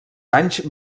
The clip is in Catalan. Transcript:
anys